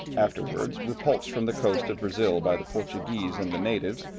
afterwards, repulsed from the coast of brazil by the portuguese and the natives,